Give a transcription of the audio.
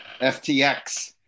FTX